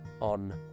On